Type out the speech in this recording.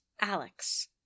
Alex